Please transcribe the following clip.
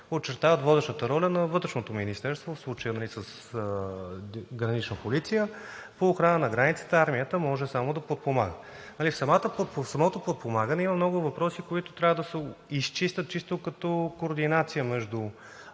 очертават водещата роля на Вътрешното министерство, в случая „Гранична полиция“. По охрана на границата армията може само да подпомага. Самото подпомагане има много въпроси, които трябва да се изчистят чисто като координация между